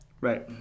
Right